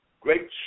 great